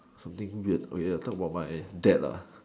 something weird about my dad